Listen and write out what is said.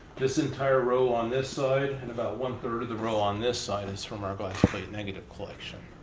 this entire row on this side, and about one-third of the row on this side, is from our glass plate negative collection.